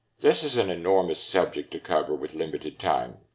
this is an enormous subject to cover with limited time,